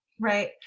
Right